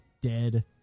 dead